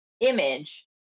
image